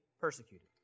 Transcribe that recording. persecuted